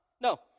no